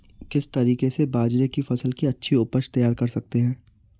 किस तरीके से बाजरे की फसल की अच्छी उपज तैयार कर सकते हैं?